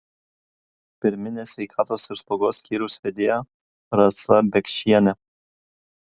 pirminės sveikatos ir slaugos skyriaus vedėja rasa biekšienė